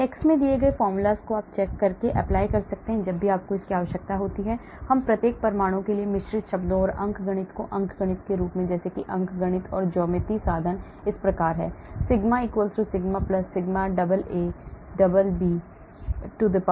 EvdW Σ 4 εij σij rij12 σij rij6 EvdW Σ A exp C rij 6 σAB σAA σBB2 εAB εAA εBB12 हम प्रत्येक परमाणु के लिए मिश्रित शब्दों और अंकगणित को अंकगणित के रूप में जैसे कि अंकगणित और ज्यामितीय साधन इस प्रकार हैं sigma sigma sigma AA BB2